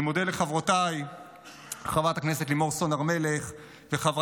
אני מודה לחברותיי חברת הכנסת לימור סון הר מלך וחברת